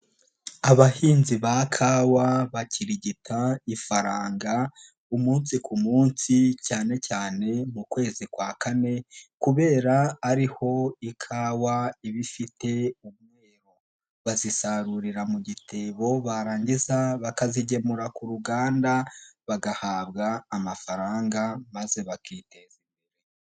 Abahinzi ba kawa bakirigita ifaranga umunsi ku munsi, cyane cyane mu kwezi kwa kane kubera ariho ikawa iba ifite umwero, bazisarurira mu gitebo barangiza bakazigemura ku ruganda, bagahabwa amafaranga maze bakiteza imbere.